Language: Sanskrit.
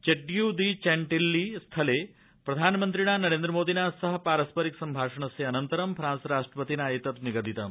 चेट्य डी चैन्टील्ली स्थले प्रधानमन्त्रिणा नरेन्द्रमोदिना सह पारस्परिक सम्भाषणस्य अनन्तरं फ्रांस राष्ट्रपतिना एतत् निगदितम्